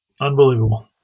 Unbelievable